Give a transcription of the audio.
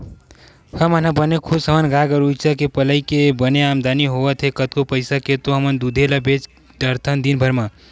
हमन ह बने खुस हवन गाय गरुचा के पलई ले बने आमदानी होवत हे कतको पइसा के तो हमन दूदे ल बेंच डरथन दिनभर म